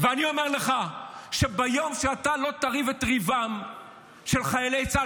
ואני אומר לך שביום שאתה לא תריב את ריבם של חיילי צה"ל,